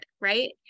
right